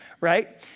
right